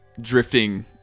drifting